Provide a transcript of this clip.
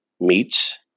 meats